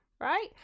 right